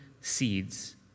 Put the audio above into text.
seeds